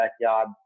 backyard